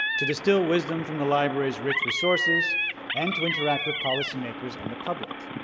to distil wisdom from the library's rich resources and to interact with policymakers and the public.